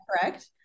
correct